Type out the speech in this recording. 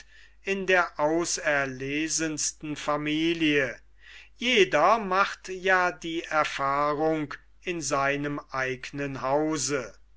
in der auserlesensten familie jeder macht ja die erfahrung in seinem eigenen hause